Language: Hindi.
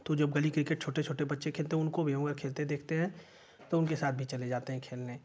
तो जब गली क्रिकेट छोटे छोटे बच्चे खेलते हैं उनको भी उवां खेलते देखते हैं तो उनके साथ भी चले जाते हैं खेलने